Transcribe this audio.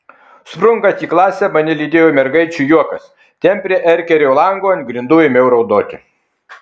sprunkant į klasę mane lydėjo mergaičių juokas ten prie erkerio lango ant grindų ėmiau raudoti